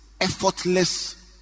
effortless